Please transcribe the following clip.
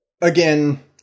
again